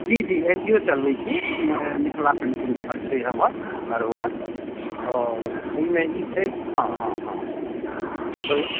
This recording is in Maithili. जी जी एन जी ओ चलबैत छी मिथिला पेंटिङ्ग पर छै हमर कारोबार आओर एहिमे ई छै हँ हँ हँ हँ छै